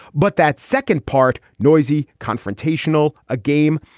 but that second part, noisy, confrontational, a game.